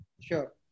Sure